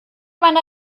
meine